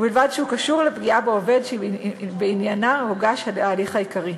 ובלבד שהוא קשור לפגיעה בעובד שבעניינה הוגש ההליך העיקרי.